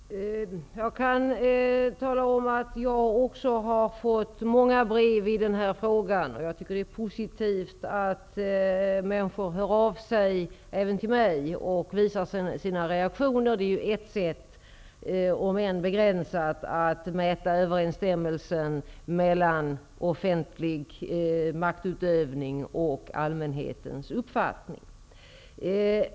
Herr talman! Jag kan tala om att jag har fått många brev i den här frågan. Jag tycker att det är positivt att människor hör av sig även till mig och ger uttryck för sina reaktioner. Det är ju ett om än begränsat sätt att visa hur det är med överensstämmelsen mellan offentlig maktutövning och allmänhetens uppfattning.